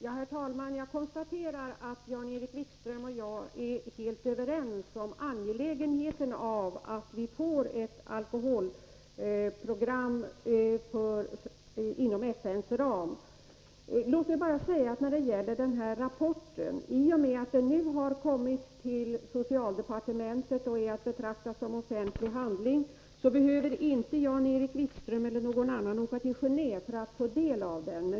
Herr talman! Jag konstaterar att Jan-Erik Wikström och jag är helt överens om angelägenheten av att vi får ett alkoholprogram inom FN:s ram. Låt mig bara säga att i och med att den här rapporten nu har kommit till socialdepartementet och är att betrakta som offentlig handling behöver inte Jan-Erik Wikström eller någon annan åka till Geneve för att få del av den.